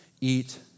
eat